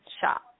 shop